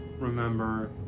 remember